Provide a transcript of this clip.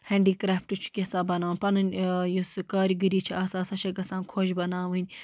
handicraft چھُ کینٛژاہ بنان پَنٕنۍ یُس سُہ کارِگٔری چھِ آسان سۄ چھےٚ گژھان خۄش بناوٕنۍ